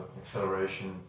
acceleration